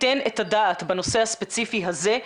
תיתן את הדעת בנושא הספציפי הזה,